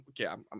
Okay